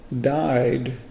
died